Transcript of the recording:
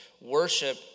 Worship